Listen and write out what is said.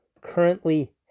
currently